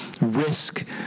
risk